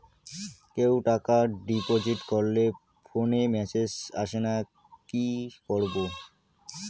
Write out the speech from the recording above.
কেউ টাকা ডিপোজিট করলে ফোনে মেসেজ আসেনা কি করবো?